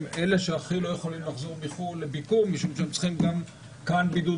הם אלה שלא יכולים לחזור מחוץ לארץ לביקור משום שהם צריכים כאן בידוד